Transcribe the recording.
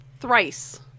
thrice